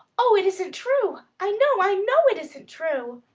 oh! it isn't true! i know, i know it isn't true!